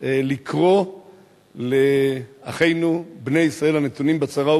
לקרוא לאחינו בני ישראל, הנתונים בצרה ובשביה,